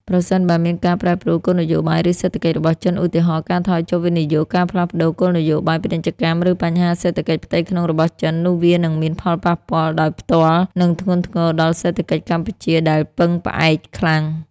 ប្រសិនបើមានការប្រែប្រួលគោលនយោបាយ ឬសេដ្ឋកិច្ចរបស់ចិន ឧទាហរណ៍ ការថយចុះវិនិយោគ ការផ្លាស់ប្តូរគោលនយោបាយពាណិជ្ជកម្ម ឬបញ្ហាសេដ្ឋកិច្ចផ្ទៃក្នុងរបស់ចិន នោះវានឹងមានផលប៉ះពាល់ដោយផ្ទាល់ និងធ្ងន់ធ្ងរដល់សេដ្ឋកិច្ចកម្ពុជាដែលពឹងផ្អែកខ្លាំង។